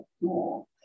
more